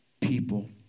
people